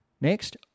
Next